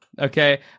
okay